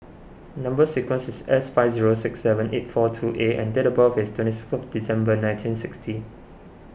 Number Sequence is S five zero six seven eight four two A and date of birth is twentieth of December nineteen sixty